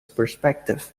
perspective